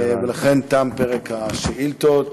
לכן, תם פרק השאילתות.